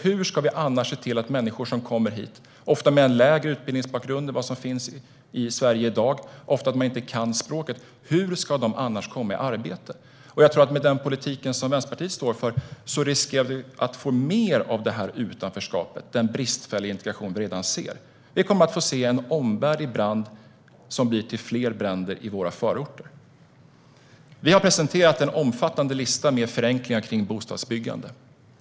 Hur ska vi annars se till att människor som kommer hit - ofta med en lägre utbildning än den som finns i Sverige i dag, och ofta utan att kunna språket - kommer i arbete? Med den politik som Vänsterpartiet står för riskerar vi att få mer av det utanförskap och den bristfälliga integration som vi redan ser. Vi kommer att få se en omvärld i brand, som leder till fler bränder i våra förorter. Vi har presenterat en omfattande lista med förenklingar i fråga om bostadsbyggande.